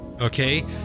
okay